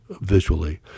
visually